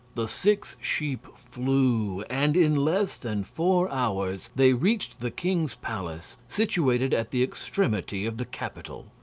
the six sheep flew, and in less than four hours they reached the king's palace situated at the extremity of the capital.